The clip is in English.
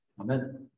Amen